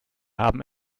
haben